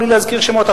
בלי להזכיר שמות,